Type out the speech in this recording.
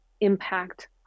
impact